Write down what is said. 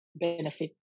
benefit